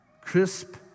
crisp